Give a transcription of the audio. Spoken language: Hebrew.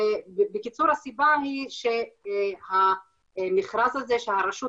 בקיצור הסיבה היא שהמכרז הזה שהרשות